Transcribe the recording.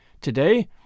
Today